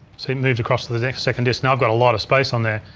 see it moved across to the next second disk, now i've got a lot of space on there.